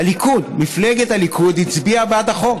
הליכוד, מפלגת הליכוד הצביעה בעד החוק.